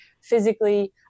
physically